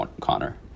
Connor